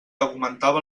augmentava